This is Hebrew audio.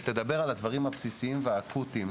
שתדבר על הדברים הבסיסיים והאקוטיים.